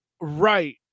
Right